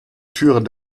türen